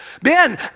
Ben